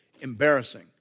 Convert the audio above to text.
embarrassing